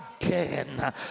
again